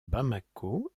bamako